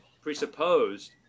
presupposed